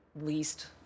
least